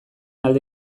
alde